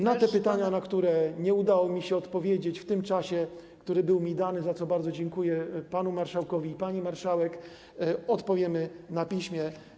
Na pytania, na które nie udało mi się odpowiedzieć w tym czasie, który był mi dany, za co bardzo dziękuję panu marszałkowi i pani marszałek, odpowiemy na piśmie.